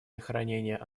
сохранения